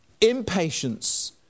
Impatience